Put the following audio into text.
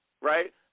Right